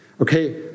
Okay